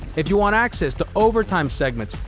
if you want access to overtime segments,